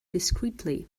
discreetly